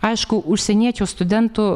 aišku užsieniečių studentų